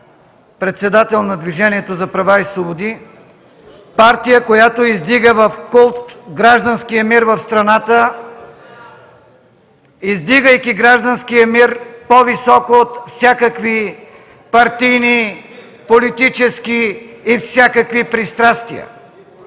председател на Движението за права и свободи – партия, която издига в култ гражданския мир в страната. Издигайки гражданския мир по-високо от всякакви партийни, политически и всякакви пристрастия,